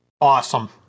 Awesome